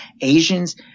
Asians